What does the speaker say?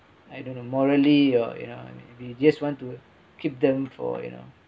I don't know morally or you know we just want to keep them for you know